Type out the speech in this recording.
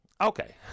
Okay